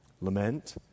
Lament